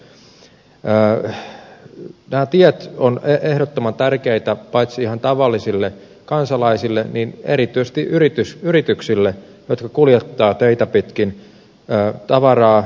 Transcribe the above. nämä tiet ovat ehdottoman tärkeitä paitsi ihan tavallisille kansalaisille myös erityisesti yrityksille jotka kuljettavat teitä pitkin tavaraa